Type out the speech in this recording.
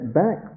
back